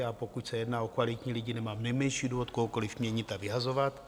Já, pokud se jedná o kvalitní lidi, nemám nejmenší důvod kohokoliv měnit a vyhazovat.